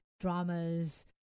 dramas